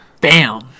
Bam